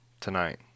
tonight